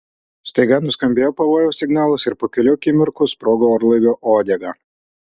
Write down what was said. staiga nuskambėjo pavojaus signalas ir po kelių akimirkų sprogo orlaivio uodega